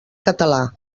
català